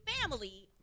family